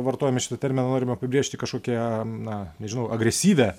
vartojame šitą terminą norime apibrėžti kažkokią na nežinau agresyvią